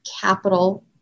capital